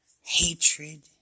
Hatred